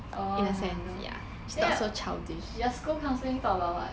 orh no wonder you school counselling talk about what